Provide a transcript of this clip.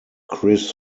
chris